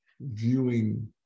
viewing